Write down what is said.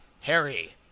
Harry